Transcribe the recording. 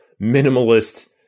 minimalist